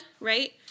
right